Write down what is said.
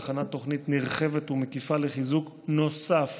על הכנת תוכנית נרחבת ומקיפה לחיזוק נוסף